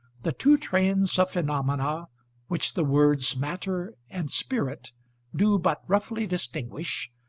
the two trains of phenomena which the words matter and spirit do but roughly distinguish,